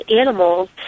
animals